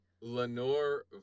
Lenore